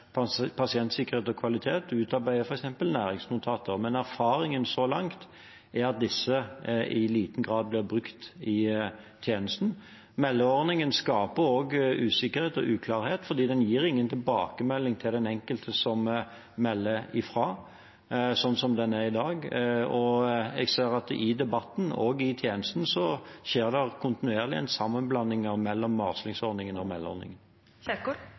pasientsikkerhet og kvalitet, også i framtiden utarbeider f.eks. læringsnotater, men erfaringen så langt er at disse i liten grad blir brukt i tjenesten. Meldeordningen skaper også usikkerhet og uklarhet, for den gir ingen tilbakemelding til den enkelte som melder fra, slik den er i dag. Jeg ser av debatten i tjenesten også at det kontinuerlig skjer sammenblandinger mellom varslingsordningen og